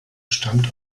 stammt